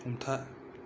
हमथा